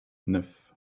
neuf